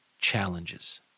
Challenges